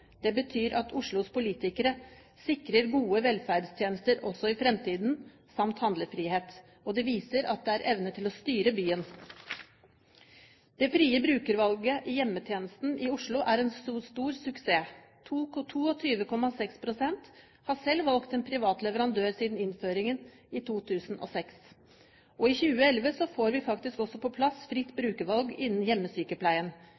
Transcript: Det betyr at Oslos politikere sikrer gode velferdstjenester, samt handlefrihet, også i fremtiden, og det viser at det er evne til å styre byen. Det frie brukervalget i hjemmetjenesten i Oslo er en stor suksess. 22,6 pst. har selv valgt en privat leverandør siden innføringen i 2006. I 2011 får vi faktisk også på plass fritt